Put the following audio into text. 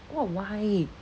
what why